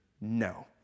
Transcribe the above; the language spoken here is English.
No